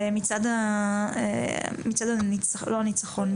במצעד הניצחון לא הניצחון.